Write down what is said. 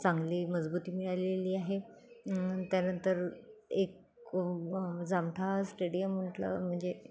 चांगली मजबूती मिळालेली आहे त्यानंतर एक जामठा स्टेडियम म्हटलं म्हणजे